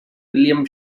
william